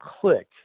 click